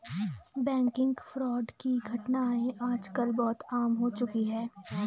banking fraud की घटनाएं आज कल बहुत आम हो चुकी है